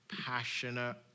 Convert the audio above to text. passionate